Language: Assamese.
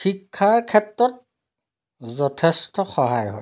শিক্ষা ক্ষেত্ৰত যথেষ্ট সহায় হয়